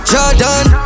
Jordan